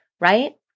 right